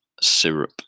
syrup